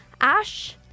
Ash